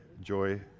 joy